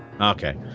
Okay